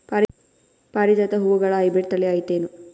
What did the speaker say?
ಪಾರಿಜಾತ ಹೂವುಗಳ ಹೈಬ್ರಿಡ್ ಥಳಿ ಐತೇನು?